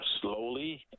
slowly